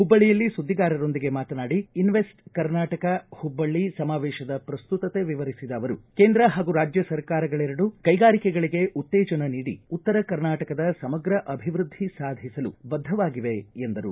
ಹುಬ್ಬಳ್ಳಿಯಲ್ಲಿ ಸುದ್ದಿಗಾರರೊಂದಿಗೆ ಮಾತನಾಡಿ ಇನ್ನೆಸ್ಟ್ ಕರ್ನಾಟಕ ಹುಬ್ಬಳ್ಳಿ ಸಮಾವೇಶದ ಪ್ರಸ್ತುತತೆ ವಿವರಿಸಿದ ಅವರು ಕೇಂದ್ರ ಹಾಗೂ ರಾಜ್ಯ ಸರ್ಕಾರಗಳೆರಡೂ ಕ್ಷೆಗಾರಿಕೆಗಳಿಗೆ ಉತ್ತೇಜನ ನೀಡಿ ಉತ್ತರ ಕರ್ನಾಟಕದ ಸಮಗ್ರ ಅಭಿವೃದ್ಧಿ ಸಾಧಿಸಲು ಬದ್ಧವಾಗಿವೆ ಎಂದರು